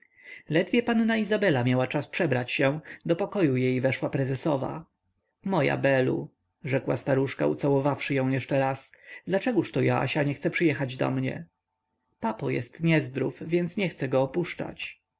ledwie panna izabela miała czas przebrać się do pokoju jej weszła prezesowa moja belu rzekła staruszka ucałowawszy ją jeszcze raz dlaczegóżto joasia nie chce przyjechać do mnie papo jest niezdrów więc nie chce go opuszczać